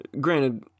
Granted